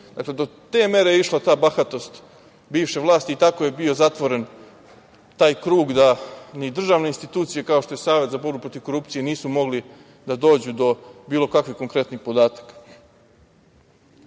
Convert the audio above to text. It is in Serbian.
zanima. Do te mere je išla ta bahatost bivše vlasti i tako je bio zatvoren taj krug da ni državne institucije, kao što je Savet za borbu protiv korupcije, nisu mogli da dođu do bilo kakvih konkretnih podataka. Neću